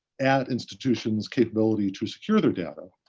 at institutions capability to secure their data.